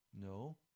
No